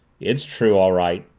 it's true, all right,